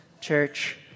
Church